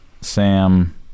Sam